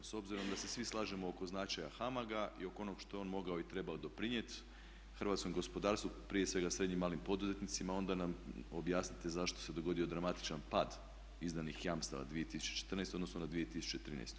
S obzirom da se svi slažemo oko značaja HAMAG-a i oko onog što je on mogao i trebao doprinijeti hrvatskom gospodarstvu prije svega srednjim i malim poduzetnicima, onda nam objasnite zašto se dogodio dramatičan pad izdanih jamstava 2014. u odnosu na 2013.